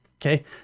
Okay